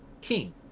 king